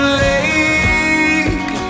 lake